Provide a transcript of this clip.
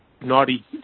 naughty